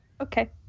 Okay